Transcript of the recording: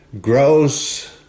grows